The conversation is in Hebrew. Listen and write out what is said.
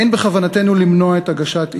אין בכוונתנו למנוע את הגשת האי-אמון,